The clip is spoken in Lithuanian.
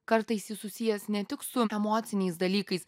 kartais jis susijęs ne tik su emociniais dalykais